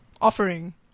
Offering